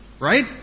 right